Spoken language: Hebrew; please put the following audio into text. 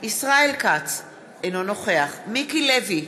ישראל כץ, אינו נוכח מיקי לוי,